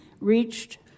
reached